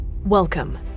Welcome